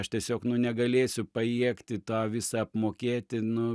aš tiesiog nu negalėsiu pajėgti tą visą apmokėti nu